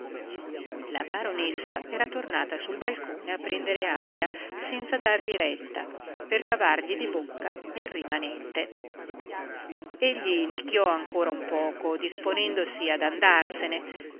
la baronessa era tornata sul balcone a prendere aria senza dargli retta per cavargli di bocca il rimanente egli nicchiò ancora un poco disponendosi ad andarsene